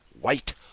white